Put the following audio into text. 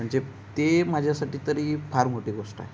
म्हणजे ते माझ्यासाठी तरी फार मोठी गोष्ट आहे